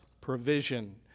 provision